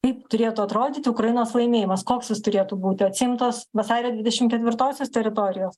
kaip turėtų atrodyti ukrainos laimėjimas koks jis turėtų būti atsiimtos vasario dvidešim ketvirtosios teritorijos